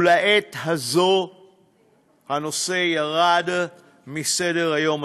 ולעת הזאת הנושא ירד מסדר-היום הציבורי.